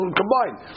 combined